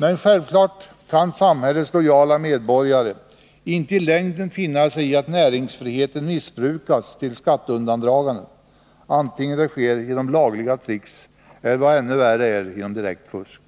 Men självfallet kan samhällets lojala medborgare i längden inte finna sig i att näringsfriheten missbrukas genom skatteundandraganden, vare sig det sker genom lagliga tricks eller — vad ännu värre är — genom direkt fusk.